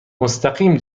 مستقیم